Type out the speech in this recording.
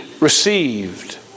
received